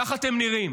כך אתם נראים.